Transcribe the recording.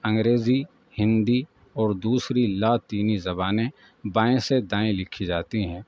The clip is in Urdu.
انگریزی ہندی اور دوسری لاطینی زبانیں بائیں سے دائیں لکھی جاتی ہیں